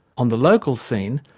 on the local scene,